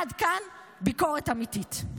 עד כאן ביקורת אמיתית.